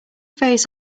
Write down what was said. phase